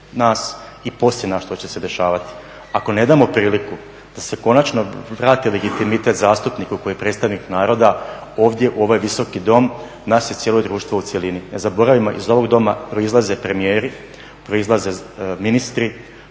i poslije nas što će se dešavati. Ako ne damo priliku da se konačno vrati legitimitet zastupniku koji je predstavnik naroda ovdje u ovaj Visoki dom …/Govornik se ne razumije./… cijelo društvo u cjelini. Ne zaboravimo, iz ovog Doma proizlaze premijeri, proizlaze ministri,